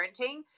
parenting